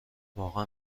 واقعا